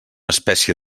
espècie